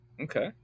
Okay